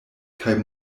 kaj